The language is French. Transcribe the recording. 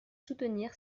soutenir